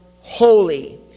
holy